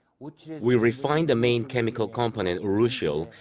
we refined the main chemical component, urushiol,